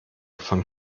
von